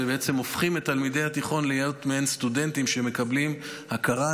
ובעצם הופכים את תלמידי התיכון להיות מעין סטודנטים שמקבלים הכרה,